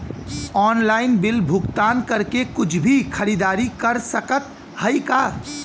Online bill भुगतान करके कुछ भी खरीदारी कर सकत हई का?